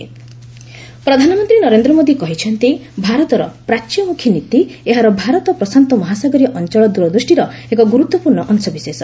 PM India ASEAN ପ୍ରଧାନମନ୍ତ୍ରୀ ନରେନ୍ଦ୍ର ମୋଦି କହିଛନ୍ତି ଭାରତର ପ୍ରାଚ୍ୟମୁଖୀ ନୀତି ଏହାର ଭାରତ ପ୍ରଶାନ୍ତ ମହାସାଗରୀୟ ଅଞ୍ଚଳ ଦୂରଦୃଷ୍ଟିର ଏକ ଗୁରୁତ୍ୱପୂର୍୍ଣ ଅଂଶବିଶେଷ